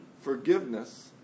forgiveness